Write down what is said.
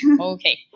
okay